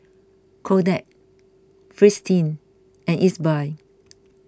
Kodak Fristine and Ezbuy